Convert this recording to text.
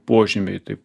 požymiai taip